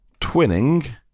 Twinning